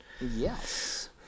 Yes